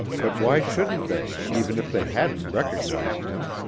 but why shouldn't they, even if they hadn't recognized him?